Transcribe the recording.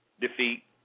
Defeat